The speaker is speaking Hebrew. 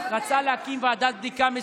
רצה להקים ועדת בדיקה מסודרת.